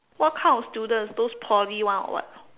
what kind of student those Poly one or what